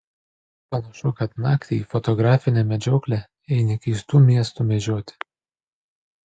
panašu kad naktį į fotografinę medžioklę eini keistų miestų medžioti